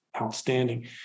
outstanding